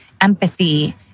empathy